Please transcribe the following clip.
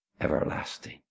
everlasting